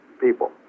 people